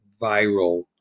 viral